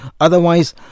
Otherwise